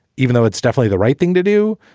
even though it's definitely the right thing to do.